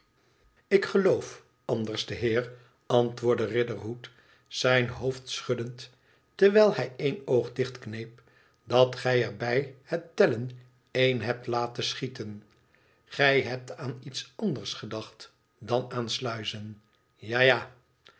ik geloof anderste heer antwoordde riderhood zijn hoofd schuddende terwijl hij één oog dichtkneep dat gij erbij het tellen een hebt laten schieten gij hebt aan iets anders gsdacht dan aan sluizen ja ja